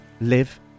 live